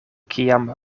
kiam